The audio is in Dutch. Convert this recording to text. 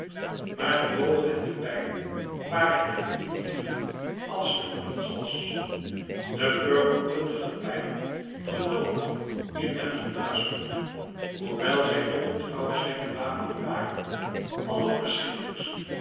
maar de boog en de pijlen waren hem niet lief als de knots was de purperpuntige pijlen gedoopt in der hydra bloed hoewel zij toch trouw zijne wapenen waren